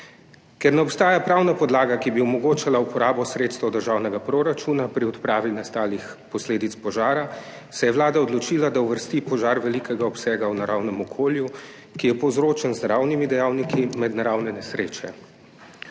Ker ne obstaja pravna podlaga, ki bi omogočala uporabo sredstev državnega proračuna pri odpravi nastalih posledic požara, se je Vlada odločila, da uvrsti požar velikega obsega v naravnem okolju, ki je povzročen z naravnimi dejavniki, med naravne nesreče.